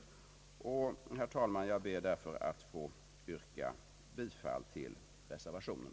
Herr talman! Jag ber alltså att få yrka bifall till reservationen.